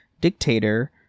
dictator